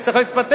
הוא צריך להתפטר.